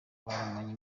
bamaranye